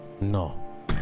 no